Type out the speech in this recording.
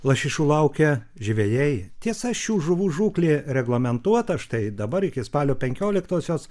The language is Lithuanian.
lašišų laukia žvejai tiesa šių žuvų žūklė reglamentuota štai dabar iki spalio penkioliktosios